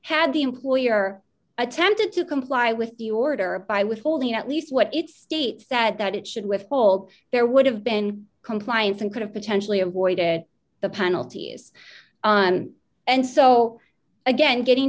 had the employer attempted to comply with the order by withholding at least what it states that it should withhold there would have been compliance and could have potentially avoided the penalties and so again getting